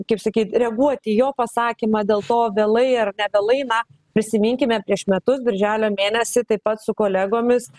kaip sakyt reaguoti į jo pasakymą dėl to vėlai ar ne vėlai na prisiminkime prieš metus birželio mėnesį taip pat su kolegomis